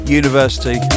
university